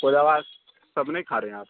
وہ دوا سب نہیں کھا رہے آپ